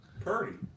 Purdy